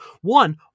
one